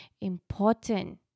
important